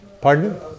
Pardon